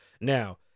Now